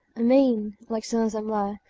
or mean, like some of them were.